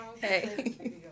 hey